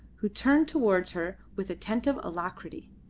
who turned towards her with attentive alacrity,